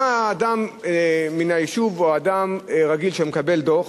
מה האדם מן היישוב, או אדם רגיל, שמקבל דוח,